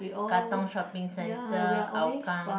Katong shopping centre Hougang